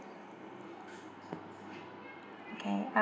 okay uh